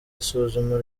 isuzuma